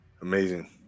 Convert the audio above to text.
amazing